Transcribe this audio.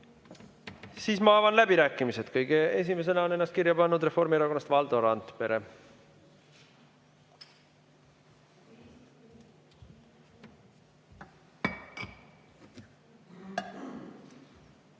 Siis ma avan läbirääkimised. Kõige esimesena on ennast kirja pannud Reformierakonnast Valdo Randpere.